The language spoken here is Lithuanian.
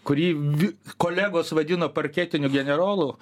kurį vi kolegos vadino parketiniu generolu